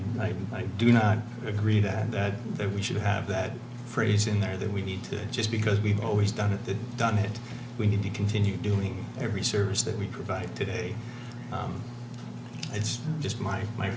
i do not agree that that that we should have that phrase in there that we need to just because we've always done it that done here we need to continue doing every service that we provide today it's just my my